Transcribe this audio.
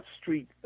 street